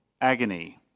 agony